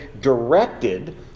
directed